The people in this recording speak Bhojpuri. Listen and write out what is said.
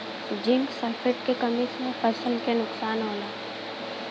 जिंक सल्फेट के कमी से फसल के का नुकसान होला?